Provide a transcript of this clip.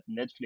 Netflix